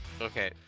Okay